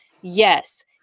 yes